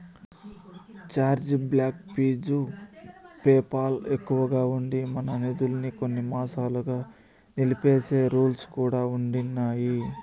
charge back fee PayPal ఎక్కువగా ఉండి, మన నిదుల్మి కొన్ని మాసాలుగా నిలిపేసే రూల్స్ కూడా ఉండిన్నాయి